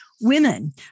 women